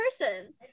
person